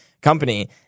Company